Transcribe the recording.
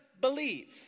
believe